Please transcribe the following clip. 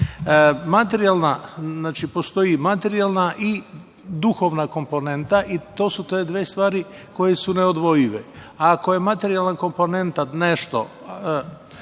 naroda Srbije. Postoji materijalna i duhovna komponenta. To su te dve stvari koje su neodvojive. Ako je materijalna komponenta nešto